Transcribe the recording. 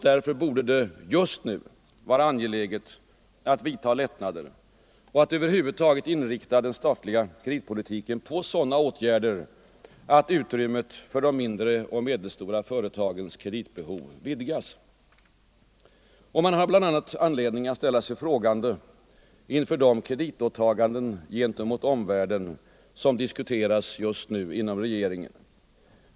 Därför borde det just nu vara angeläget att vidta lättnader och att över huvud taget inrikta den statliga kreditpolitiken på sådana åtgärder att utrymmet för de mindre och medelstora företagens kreditbehov vidgas. Man har också anledning att ställa sig frågande inför de kreditåtaganden gentemot omvärlden som diskuteras just nu inom regeringen.